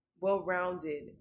well-rounded